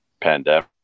pandemic